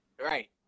right